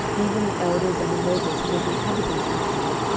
even the elders and the nobles who were the inhabitants in his city,